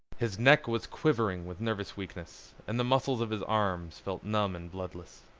his neck was quivering with nervous weakness and the muscles of his arms felt numb and bloodless.